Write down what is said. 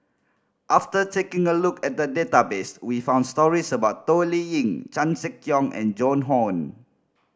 after taking a look at the database we found stories about Toh Liying Chan Sek Keong and Joan Hon